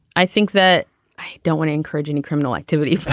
i think that i don't wanna encourage any criminal activity.